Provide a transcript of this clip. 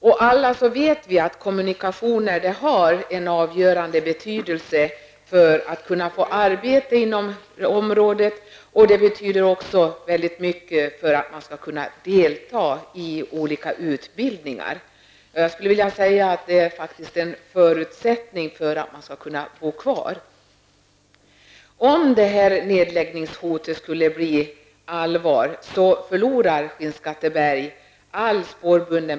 Vi vet alla att kommunikationer har avgörande betydelse för att få arbetstillfällen inom området och de betyder också väldigt mycket för att man skall kunna delta i olika utbildningar. Jag skulle vilja säga att det faktiskt är en förutsättning för att man skall kunna bo kvar. Om nedläggningshotet skulle bli allvar, skulle Björnemalm påpekade.